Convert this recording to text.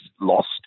lost